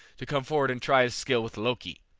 to come forward and try his skill with loki.